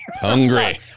Hungry